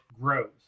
grows